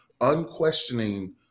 unquestioning